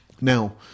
Now